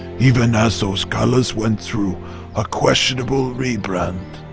even as those colors went through a questionable rebrand.